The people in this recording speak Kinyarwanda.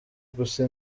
gusa